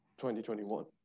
2021